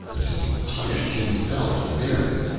until he punished himself severely.